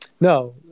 No